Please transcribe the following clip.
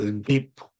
deep